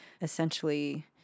essentially